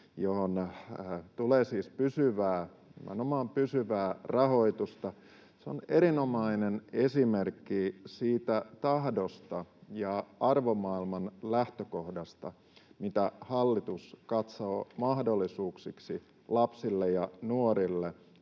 nimenomaan pysyvää, rahoitusta. Se on erinomainen esimerkki siitä tahdosta ja arvomaailman lähtökohdasta, mitä hallitus katsoo mahdollisuuksiksi lapsille ja nuorille